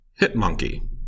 Hitmonkey